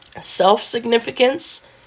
Self-significance